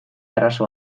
arazo